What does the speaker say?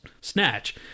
snatch